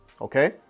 Okay